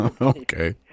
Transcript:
Okay